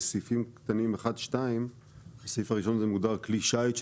בסעיפים קטנים 1-2 מדובר על "כלי שיט"